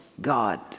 God